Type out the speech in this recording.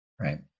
Right